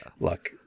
look